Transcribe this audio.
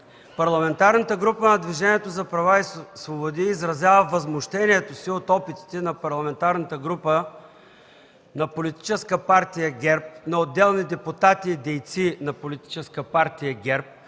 Парламентарната група на Движението за права и свободи изразява възмущението си от опитите на Парламентарната група на Политическа партия ГЕРБ, на отделни депутати и дейци на Политическа партия ГЕРБ